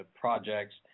projects